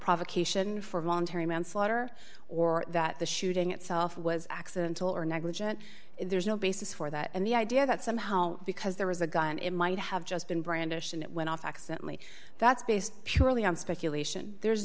provocation for voluntary manslaughter or that the shooting itself was accidental or negligent there's no basis for that and the idea that somehow because there was a gun it might have just been brandished and it went off accidentally that's based purely on speculation there's